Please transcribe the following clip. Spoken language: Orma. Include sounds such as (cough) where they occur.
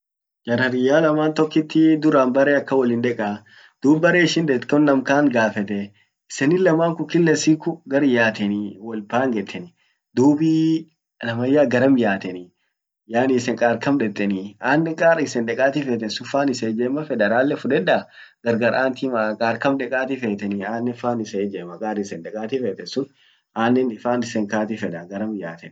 jar hariyya tokkit (hesitation) bare akan wollin deka. Dub bare ishin det tan nam kant gafette issenin laman kun kila siku gar yateni wol pangetenii, dub (hesitation) namanyaa garam yaateni, yaani isen kar kam dettenii. Annen kar isen dekati feten sun fan isen ijema feda ralle fudeda gargar ant himaa, kar kam dekati feteni anen faan isen ijemaa kar isen dekati feten sun annen faan isen kaati fedaa garam yaateni.